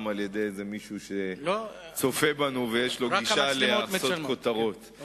על-ידי מישהו שצופה בנו ויש לו גישה לעשות כותרות?